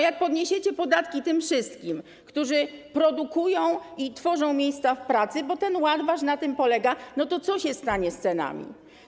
Jak podniesiecie podatki tym wszystkim, którzy produkują i tworzą miejsca pracy, bo ten wasz ład na tym polega, to co się stanie z cenami?